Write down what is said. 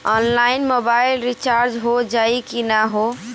Online mobile recharge हो जाई की ना हो?